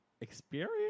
experience